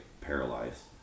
paralyzed